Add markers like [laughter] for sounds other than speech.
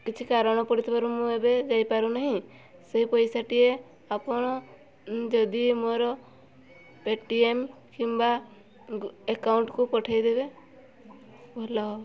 କିଛି କାରଣ ପଡ଼ିଥିବାରୁ ମୁଁ ଏବେ ଯାଇପାରୁ ନାହିଁ ସେହି ପଇସାଟିଏ ଆପଣ ଯଦି ମୋର ପେଟିଏମ୍ କିମ୍ବା [unintelligible] ଏକାଉଣ୍ଟ୍କୁ ପଠାଇଦେବେ ଭଲ ହେବ